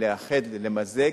לאחד ולמזג,